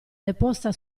deposta